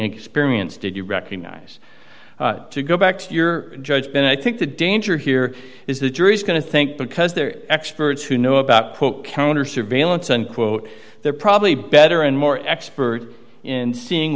experience did you recognize to go back to your judgment i think the danger here is the jury's going to think because they're experts who know about counter surveillance unquote they're probably better and more expert in seeing